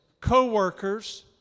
co-workers